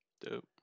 Dope